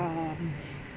um